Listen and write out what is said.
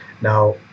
Now